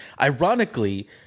Ironically